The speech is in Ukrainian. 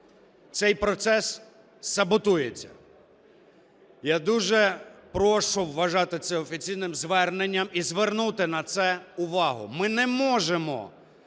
Цей процес саботується. Я дуже прошу вважати це офіційним зверненням і звернути на це увагу. Ми не можемо